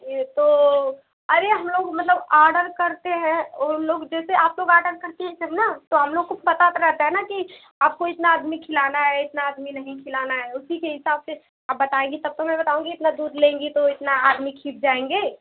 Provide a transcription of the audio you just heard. ये तो अरे हमलोग मतलब औडर करते हैं उनलोग जैसे आपलोग औडर करती हैं ये सब न तो हमलोग को कुछ पता तो रहता है न की आपको इतना आदमी खिलाना है इतना आदमी नहीं खिलाना है उसी के हिसाब से आप बतायेंगी तब तो मैं बताऊँगी इतना दूध लेंगी तो इतना आदमी खिच जाएंगे